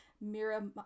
Mira